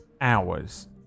hours